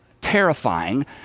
terrifying